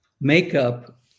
makeup